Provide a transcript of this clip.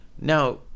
Now